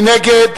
מי נגד?